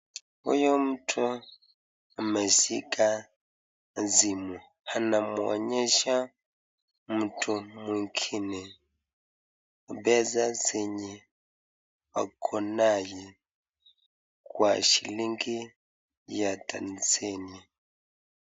Huyu mtu ameshika simu anamwonyesha mtu mwingine pesa zenye akonaye kwa shilingi ya tanzania,